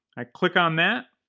i click on that,